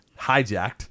hijacked